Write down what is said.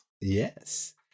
Yes